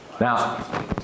Now